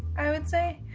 i would say.